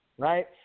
Right